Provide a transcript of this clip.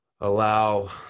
allow